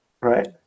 right